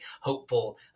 hopeful